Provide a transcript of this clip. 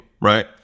right